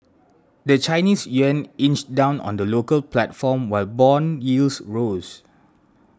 the Chinese yuan inched down on the local platform while bond yields rose